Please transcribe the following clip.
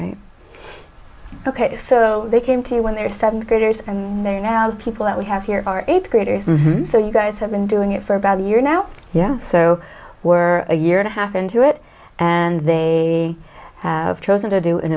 ok so they came to you when they're seventh graders and they are now the people that we have here are eighth graders so you guys have been doing it for about a year now yeah so were a year and a half into it and they have chosen to do an